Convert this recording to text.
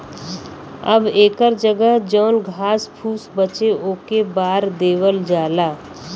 अब एकर जगह जौन घास फुस बचे ओके बार देवल जाला